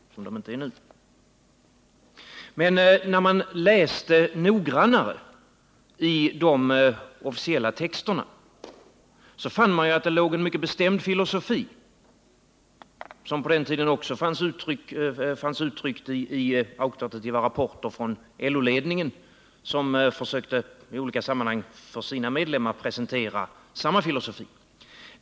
Men när man läste de officiella texterna noggrannare fann man en mycket bestämd filosofi, som på den tiden också fanns uttryckt i auktoritativa rapporter från LO-ledningen, som i olika sammanhang försökte presentera samma filosofi för sina medlemmar.